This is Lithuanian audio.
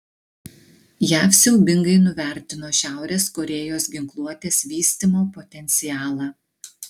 jav siaubingai nuvertino šiaurės korėjos ginkluotės vystymo potencialą